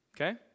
Okay